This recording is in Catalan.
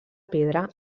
pedra